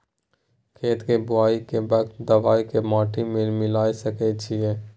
खेत के बुआई के वक्त दबाय के माटी में मिलाय सके छिये?